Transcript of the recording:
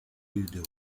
vidéo